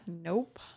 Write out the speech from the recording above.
Nope